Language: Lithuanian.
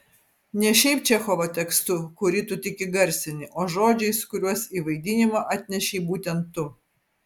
ne šiaip čechovo tekstu kurį tu tik įgarsini o žodžiais kuriuos į vaidinimą atnešei būtent tu